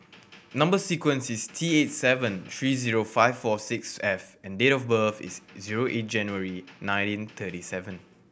number sequence is T eight seven three zero five four six F and date of birth is zero eight January nineteen thirty seven